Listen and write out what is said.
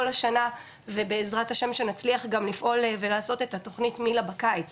השנה ובעזרת השם שנצליח גם לפעול ולעשות את התוכנית מיל"ה בקיץ,